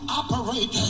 operate